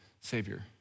Savior